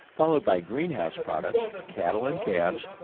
followed by greenhouse products, cattle and calves,